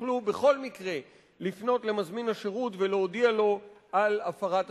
יוכלו בכל מקרה לפנות למזמין השירות ולהודיע לו על הפרת הזכויות.